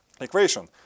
equation